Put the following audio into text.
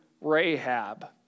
Rahab